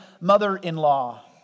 mother-in-law